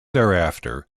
thereafter